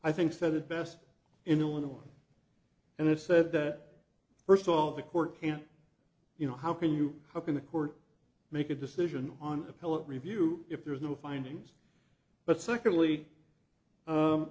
i think said it best in illinois and it's said that first of all the court can't you know how can you hop in the court make a decision on appellate review if there is no findings but secondly